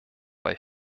bei